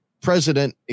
president